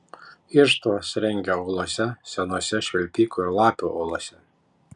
irštvas rengia uolose senose švilpikų ir lapių olose